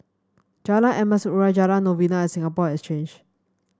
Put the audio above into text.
Jalan Emas Urai Jalan Novena and Singapore Exchange